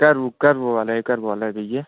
curve curve वाला curve वाला है भैया